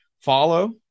follow